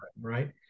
right